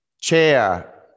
Chair